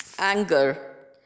anger